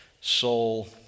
soul